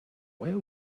where